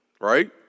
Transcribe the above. right